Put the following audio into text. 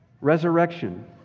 Resurrection